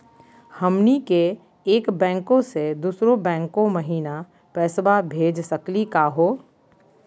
हमनी के एक बैंको स दुसरो बैंको महिना पैसवा भेज सकली का हो?